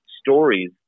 stories